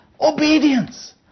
Obedience